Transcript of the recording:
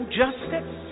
justice